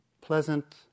pleasant